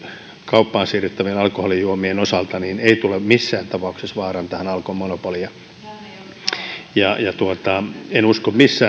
kauppaan siirrettävien alkoholijuomien osalta ei tule missään tapauksessa vaarantamaan alkon monopolia en usko missään